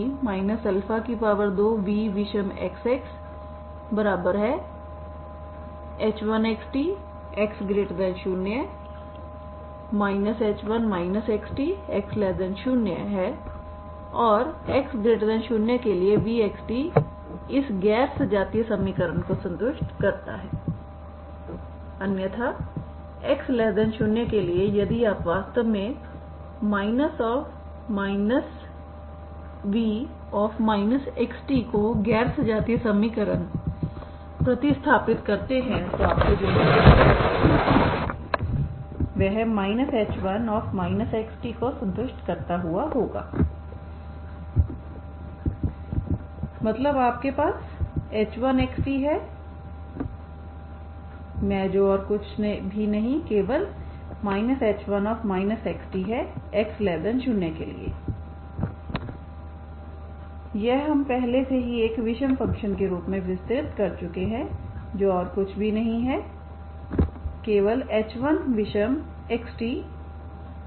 वह vविषमt 2v विषमxxh1xt x0 h1 xtx0 है x 0के लिए vxt इस गैर सजातीय समीकरण को संतुष्ट करता है अन्यथा x0 के लिए यदि आप वास्तव में v xt को गैर सजातीय समीकरण प्रतिस्थापित करते हैं तो आपको जो मिलता है वह h1 xtको संतुष्ट करता हुआ होगा मतलब आपके पास h1xt है मैं जो और कुछ भी नहीं केवल h1 xt है x0 के लिए यह हम पहले से ही एक विषम फंक्शन के रूप में विस्तारित कर चुके है जो और कुछ भी नहीं है केवल h1विषमxt है